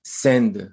send